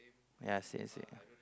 ya same same